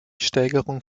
steigerung